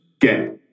get